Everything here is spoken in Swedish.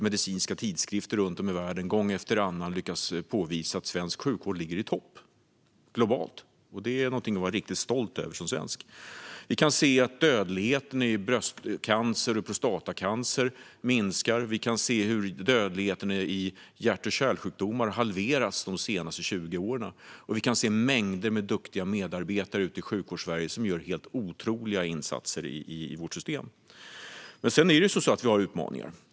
Medicinska tidskrifter runtom i världen påvisar gång efter annan att svensk sjukvård ligger i topp globalt, och det är något att vara riktigt stolt över som svensk. Dödligheten i bröstcancer och prostatacancer minskar, dödligheten i hjärt och kärlsjukdomar har halverats de senaste 20 åren och vi har mängder av duktiga medarbetare ute i Sjukvårdssverige som gör helt otroliga insatser i vårdsystemet. Sedan har vi dock utmaningar.